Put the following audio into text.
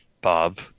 Bob